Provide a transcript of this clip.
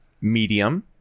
medium